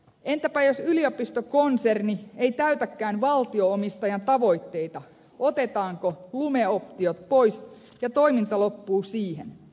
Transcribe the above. entäpä jos yliopistokonserni ei täytäkään valtio omistajan tavoitteita otetaanko lumeoptiot pois ja toiminta loppuu siihen